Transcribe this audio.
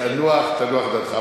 תנוח, תנוח דעתך.